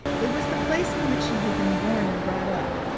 it was the place in which he had been born and brought up,